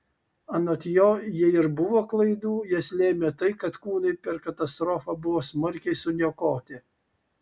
anot jo jei ir buvo klaidų jas lėmė tai kad kūnai per katastrofą buvo smarkiai suniokoti